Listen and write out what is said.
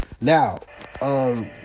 now